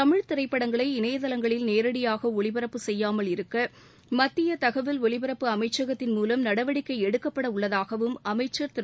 தமிழ்த் திரைப்படங்களை இணையதளங்களில் நேரடியாக ஒளிபரப்பு செய்யாமல் இருக்க மத்திய தகவல் ஒலிபரப்பு அமைச்சகத்தின் மூலம் நடவடிக்கை எடுக்கப்படவுள்ளதாகவும் அமைச்சர் திரு